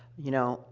you know,